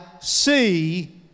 see